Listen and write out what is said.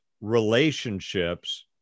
relationships